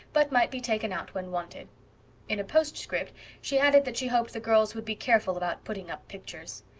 but might be taken out when wanted in a postscript she added that she hoped the girls would be careful about putting up pictures.